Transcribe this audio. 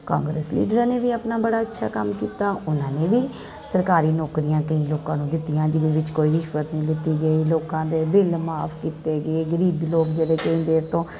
Congress ਲੀਡਰਾਂ ਨੇ ਵੀ ਆਪਣਾ ਬੜਾ ਅੱਛਾ ਕੰਮ ਕੀਤਾ ਉਨ੍ਹਾਂ ਨੇ ਵੀ ਸਰਕਾਰੀ ਨੌਕਰੀਆਂ ਕਈ ਲੋਕਾਂ ਨੂੰ ਦਿੱਤੀਆਂ ਜਿਹਦੇ ਵਿੱਚ ਕੋਈ ਰਿਸ਼ਵਤ ਨਹੀਂ ਲਿੱਤੀ ਗਈ ਲੋਕਾਂ ਦੇ ਬਿੱਲ ਮਾਫ਼ ਕੀਤੇ ਗਏ ਗਰੀਬ ਲੋਕ ਜਿਹੜੇ ਕਈ ਦੇਰ ਤੋਂ